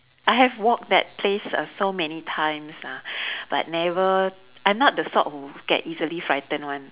I have walked that place uh so many times ah but never I'm not the sort who get easily frightened [one]